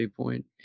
point